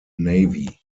navy